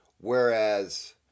whereas